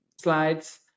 slides